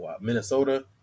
Minnesota